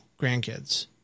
grandkids